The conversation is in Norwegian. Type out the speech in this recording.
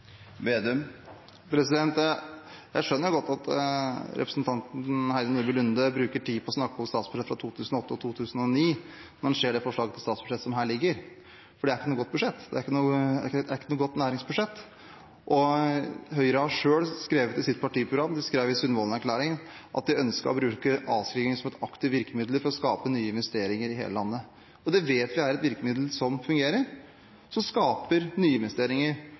Vedum kritiserer regjeringens næringspolitikk, har han da andre faglige vurderinger, eller er han bare en mann med en mening? Jeg skjønner godt at representanten Heidi Nordby Lunde bruker tid på å snakke om statsbudsjettet for 2008 og 2009 når man ser det forslaget til statsbudsjett som foreligger her, for det er ikke noe godt budsjett, det er ikke noe godt næringsbudsjett. Høyre har selv skrevet i sitt partiprogram, de skrev i Sundvolden-erklæringen, at de ønsker å bruke avskriving som et aktivt virkemiddel for å skape nye investeringer i hele landet. Det vet vi er et virkemiddel som fungerer,